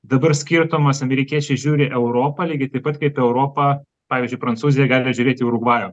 dabar skirtumas amerikiečiai žiūri europą lygiai taip pat kaip europa pavyzdžiui prancūzija gali žiūrėt į urugvajų